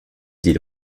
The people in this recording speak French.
dit